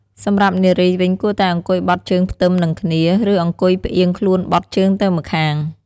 សម្រាប់នារីវិញ គួរតែអង្គុយបត់ជើងផ្អឹបនឹងគ្នា ឬអង្គុយផ្អៀងខ្លួនបត់ជើងទៅម្ខាង។